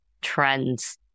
trends